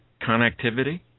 connectivity